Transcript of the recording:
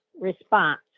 response